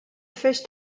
first